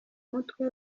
mutwe